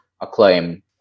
acclaim